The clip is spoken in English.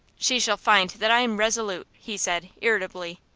she shall find that i am resolute, he said, irritably.